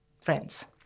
Friends